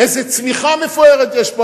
איזה צמיחה מפוארת יש פה.